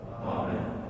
Amen